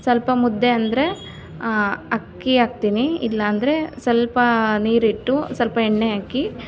ಸ್ವಲ್ಪ ಮುದ್ದೆ ಅಂದರೆ ಅಕ್ಕಿ ಹಾಕ್ತೀನಿ ಇಲ್ಲಾಂದ್ರೆ ಸ್ವಲ್ಪ ನೀರಿಟ್ಟು ಸ್ವಲ್ಪ ಎಣ್ಣೆ ಹಾಕಿ